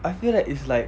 I feel that it's like